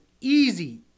easy